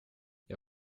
jag